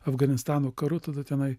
afganistano karu tada tenai